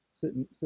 sitting